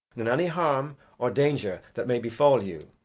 in any harm or danger that may befall you,